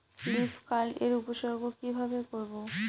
Leaf curl এর উপসর্গ কিভাবে করব?